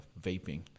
vaping